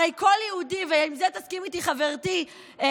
הרי כל יהודי, ועם זה תסכים איתי חברתי לימור,